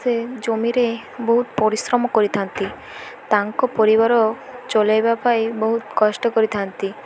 ସେ ଜମିରେ ବହୁତ ପରିଶ୍ରମ କରିଥାନ୍ତି ତାଙ୍କ ପରିବାର ଚଲେଇବା ପାଇଁ ବହୁତ କଷ୍ଟ କରିଥାନ୍ତି